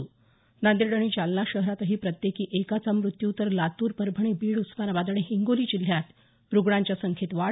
त नांदेड आणि जालना शहरातही प्रत्येकी एकाचा मृत्यू तर लातूर परभणी बीड उस्मानाबाद आणि हिंगोली जिल्ह्यात रुग्णांच्या संख्येत वाढ